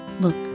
Look